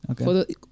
Okay